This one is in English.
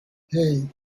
hey